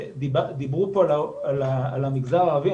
דיברו פה על המגזר הערבי,